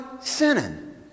sinning